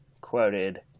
quoted